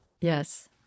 Yes